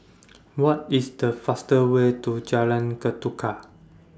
What IS The faster Way to Jalan Ketuka